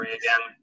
again